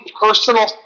personal